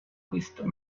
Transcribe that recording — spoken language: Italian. questo